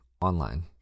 Online